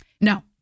No